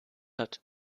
hat